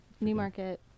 Newmarket